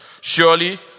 Surely